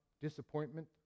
disappointment